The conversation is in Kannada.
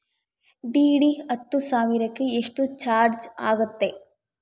ಡಿ.ಡಿ ಹತ್ತು ಸಾವಿರಕ್ಕೆ ಎಷ್ಟು ಚಾಜ್೯ ಆಗತ್ತೆ?